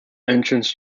entrance